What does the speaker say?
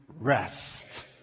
rest